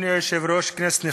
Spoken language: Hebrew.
אדוני היושב-ראש, כנסת נכבדה,